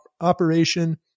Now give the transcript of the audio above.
operation